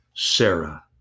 Sarah